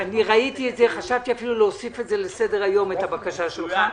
חשבתי להוסיף את זה לסדר-היום, את הבקשה שלך.